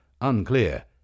unclear